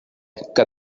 que